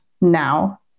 now